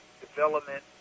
development